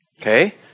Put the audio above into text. Okay